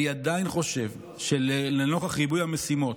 אני עדיין חושב שנוכח עיבוי המשימות,